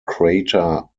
crater